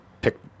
pick